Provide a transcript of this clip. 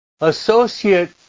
associate